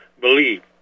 believe